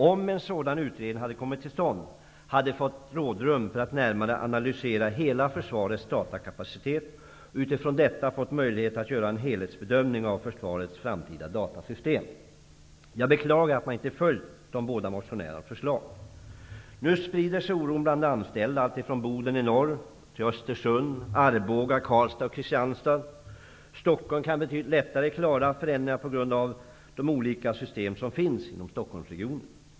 Om en sådan utredning hade kommit till stånd, hade vi fått rådrum för att närmare analysera hela försvarets datakapacitet och utifrån detta fått möjlighet att göra en helhetsbedömning av försvarets framtida datasystem. Jag beklagar att man inte har följt de båda motionärernas förslag. Nu sprider sig oron bland de anställda, alltifrån Kristianstad. Stockholm kan betydligt lättare klara förändringar på grund av de olika system som finns inom Stockholmsregionen.